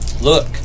Look